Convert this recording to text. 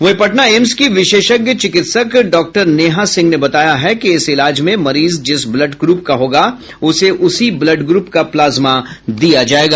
वहीं पटना एम्स की विशेषज्ञ चिकित्सक डॉक्टर नेहा सिंह ने बताया है कि इस इलाज में मरीज जिस ब्लड ग्रूप का होगा उसे उसी ब्लड ग्रूप का प्लाज्मा दिया जायेगा